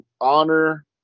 Honor